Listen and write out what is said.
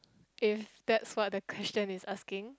if that's what the question is asking